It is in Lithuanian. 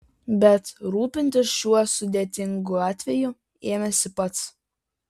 bet rūpintis šiuo sudėtingu atveju ėmėsi pats